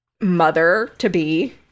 mother-to-be